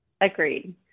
Agreed